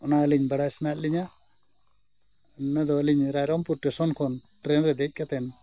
ᱚᱱᱟ ᱟᱹᱞᱤᱧ ᱵᱟᱲᱟᱭ ᱥᱟᱱᱟᱭᱮᱫ ᱞᱤᱧᱟ ᱤᱱᱟᱹ ᱫᱚ ᱟᱹᱞᱤᱧ ᱨᱟᱭᱨᱚᱝᱯᱩᱨ ᱥᱴᱮᱥᱚᱱ ᱠᱷᱚᱱ ᱴᱨᱮᱹᱱ ᱨᱮ ᱫᱮᱡ ᱠᱟᱛᱮᱫ